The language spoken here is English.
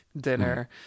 dinner